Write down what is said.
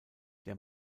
der